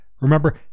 Remember